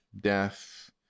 death